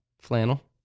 Flannel